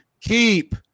keep